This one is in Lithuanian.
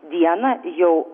dieną jau